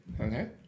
Okay